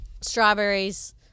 strawberries